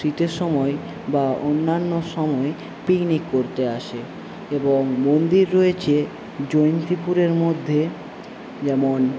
শীতের সময় বা অন্যান্য সময় পিকনিক করতে আসে এবং মন্দির রয়েছে জয়ন্তীপুরের মধ্যে যেমন